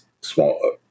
small